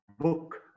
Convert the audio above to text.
book